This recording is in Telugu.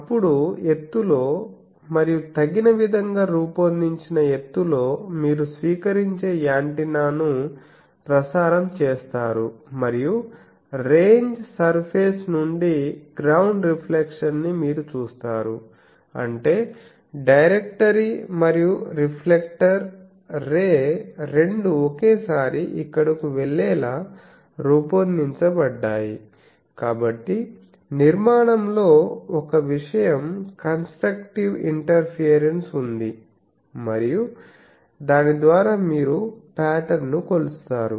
అప్పుడు ఎత్తులో మరియు తగిన విధంగా రూపొందించిన ఎత్తులో మీరు స్వీకరించే యాంటెన్నాను ప్రసారం చేస్తారు మరియు రేంజ్ సర్ఫేస్ నుండి గ్రౌండ్ రిఫ్లెక్షన్ ని మీరు చూస్తారు అంటే డైరెక్టరీ మరియు రిఫ్లెక్ట్టెడ్ రే రెండూ ఒకేసారి ఇక్కడకు వెళ్లేలా రూపొందించబడ్డాయి కాబట్టి నిర్మాణంలో ఒక విషయం కంస్ట్రక్టీవ్ ఇంటర్ఫియరెన్స్ ఉంది మరియు దాని ద్వారా మీరు పాటర్న్ ను కొలుస్తారు